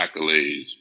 accolades